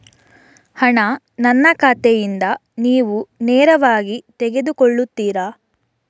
ಹಣ ನನ್ನ ಖಾತೆಯಿಂದ ನೀವು ನೇರವಾಗಿ ತೆಗೆದು ಕಟ್ಟುತ್ತೀರ?